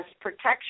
protection